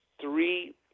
three